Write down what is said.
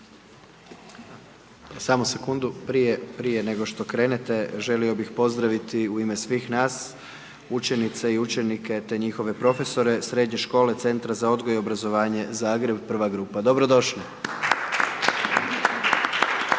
Samo sekundu, prije, prije nego što krenete želio bih pozdraviti u ime svih nas učenice i učenike, te njihove profesore Srednje škole Centra za odgoj i obrazovanje Zagreb, prva grupa. Dobro došli!